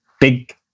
big